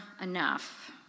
enough